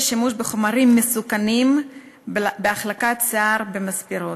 שימוש בחומרים מסוכנים בהחלקת שיער במספרות.